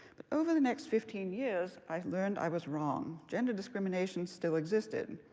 but over the next fifteen years, i learned i was wrong. gender discrimination still existed.